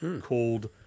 called